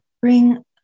bring